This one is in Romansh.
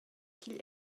ch’igl